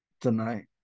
tonight